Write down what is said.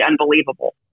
unbelievable